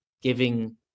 giving